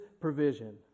provision